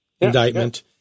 indictment